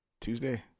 Tuesday